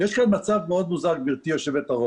יש כאן מצב מאוד מוזר, גבירתי יושבת-הראש.